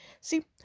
see